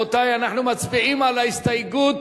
אנחנו מצביעים על ההסתייגות